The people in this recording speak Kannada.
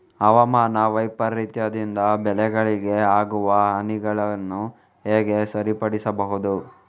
ಹವಾಮಾನ ವೈಪರೀತ್ಯದಿಂದ ಬೆಳೆಗಳಿಗೆ ಆಗುವ ಹಾನಿಗಳನ್ನು ಹೇಗೆ ಸರಿಪಡಿಸಬಹುದು?